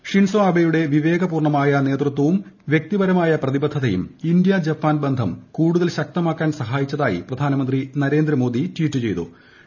Shinzo ആബെയുടെ വിവേക പൂർണ്ണമായ നേതൃതവും വ്യക്തിപരമായ പ്രതിബദ്ധതയും ഇന്ത്യ ജപ്പാൻ ബന്ധം കൂടുതൽ ശക്തമാക്കാൻ സഹായിച്ചുതായി പ്രധാനമന്ത്രി നരേന്ദ്രമോദി ടിറ്ററിൽ കുറിച്ചു